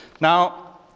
Now